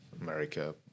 America